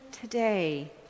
today